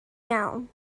iawn